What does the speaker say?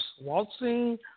waltzing